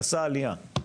עשה עלייה,